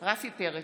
רפי פרץ,